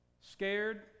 scared